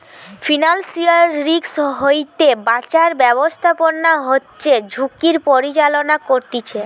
financial risk হইতে বাঁচার ব্যাবস্থাপনা হচ্ছে ঝুঁকির পরিচালনা করতিছে